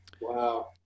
wow